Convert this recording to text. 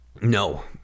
No